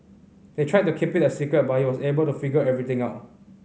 they tried to keep it a secret but he was able to figure everything out